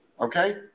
Okay